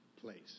place